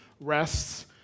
rests